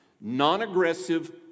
non-aggressive